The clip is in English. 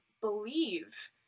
believe